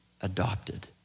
adopted